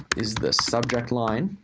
is the subject line.